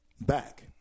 Back